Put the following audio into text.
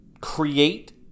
create